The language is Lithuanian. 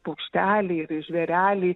paukšteliai ir žvėreliai